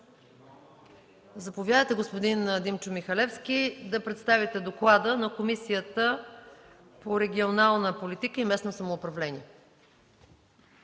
думата на господин Михалевски да представи доклада на Комисията по регионална политика и местно самоуправление.